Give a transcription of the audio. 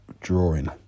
drawing